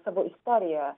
savo istorijoje